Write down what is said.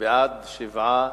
שעה)